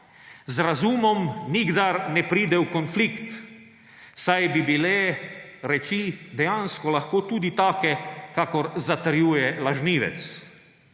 Z razumom nikdar ne pride v konflikt, saj bi bile reči dejansko lahko tudi take, kakor zatrjuje lažnivec.